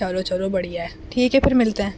چلو چلو بڑھیا ہے ٹھیک ہے پھر ملتے ہیں